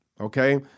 okay